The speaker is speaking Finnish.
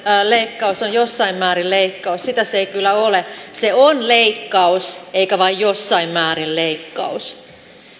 leikkaus on jossain määrin leikkaus sitä se ei kyllä ole se on leikkaus eikä vain jossain määrin leikkaus